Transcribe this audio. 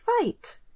fight